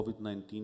COVID-19